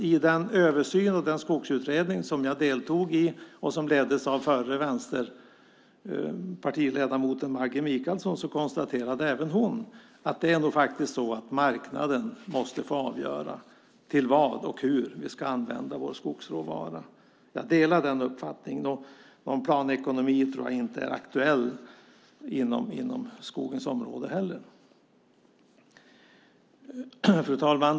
I den översyn och skogsutredning som jag deltog i, som leddes av den förra vänsterpartiledamoten Maggi Mikaelsson, konstaterade även hon att marknaden måste få avgöra till vad och hur vi ska använda vår skogsråvara. Jag delar den uppfattningen. Någon planekonomi tror jag inte är aktuell inom skogens område heller. Fru talman!